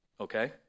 okay